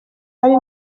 ari